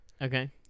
Okay